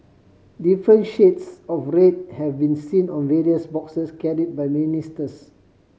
different shades of red have been seen on various boxes carry by ministers